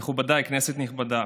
מכובדיי, כנסת נכבדה,